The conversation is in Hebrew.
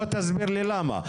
בוא תסביר לי למה,